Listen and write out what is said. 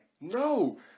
No